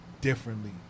differently